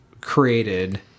created